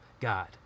God